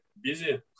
busy